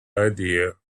idea